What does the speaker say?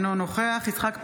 אינו נוכח יצחק פינדרוס,